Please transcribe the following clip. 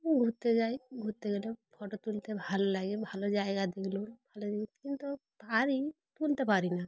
ঘুরতে যাই ঘুরতে গেলে ফটো তুলতে ভালো লাগে ভালো জায়গা তুলতে পারি না